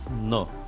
No